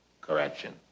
Correction